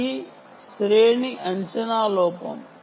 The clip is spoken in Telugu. ఇది శ్రేణి అంచనా లోపం